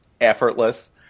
effortless